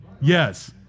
yes